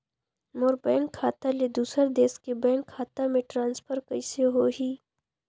मोर bank खाता ले दुसर देश के बैंक खाता मे ट्रांसफर कइसे होही?